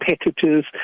competitors